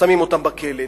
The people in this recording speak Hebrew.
שמים אותן בכלא,